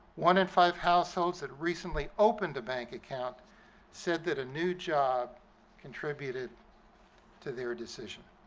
one in five households that recently opened a bank account said that a new job contributed to their decision.